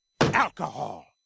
Alcohol